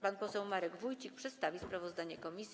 Pan poseł Marek Wójcik przedstawi sprawozdanie komisji.